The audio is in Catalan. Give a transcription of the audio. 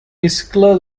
iscle